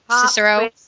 Cicero